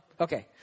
Okay